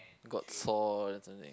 got sore then something